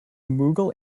mughal